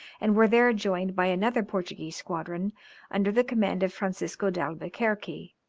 and were there joined by another portuguese squadron under the command of francisco d'albuquerque,